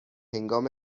هنگام